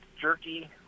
jerky